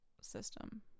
system